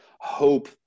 hope